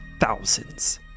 thousands